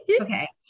Okay